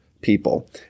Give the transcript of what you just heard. people